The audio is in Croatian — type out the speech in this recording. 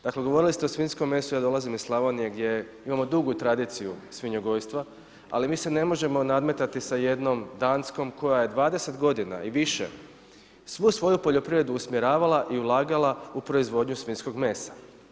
Dakle govorili ste o svinjskom mesu, ja dolazim iz Slavonije gdje imamo dugu tradiciju svinjogojstva, ali mi se n e možemo nadmetati sa jednom Danskom koja je 20 godina i više svu svoju poljoprivredu usmjeravala i ulagala u proizvodnju svinjskog mesa.